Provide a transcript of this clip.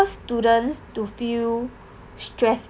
students to feel stress